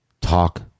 Talk